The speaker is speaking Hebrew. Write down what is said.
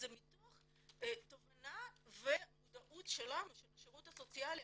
זה מתוך תובנה ומודעות שלנו, של השירות הסוציאלי